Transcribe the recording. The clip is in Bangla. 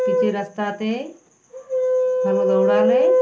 পিচের রাস্তাতে ভালো দৌড়ালে